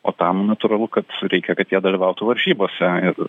o tam natūralu kad reikia kad jie dalyvautų varžybose ir